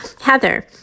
heather